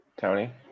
Tony